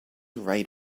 right